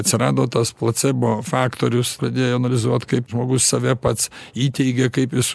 atsirado tas placebo faktorius pradėjo analizuot kaip žmogus save pats įteigia kaip iš